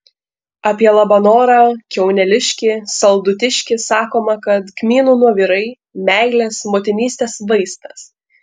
apie labanorą kiauneliškį saldutiškį sakoma kad kmynų nuovirai meilės motinystės vaistas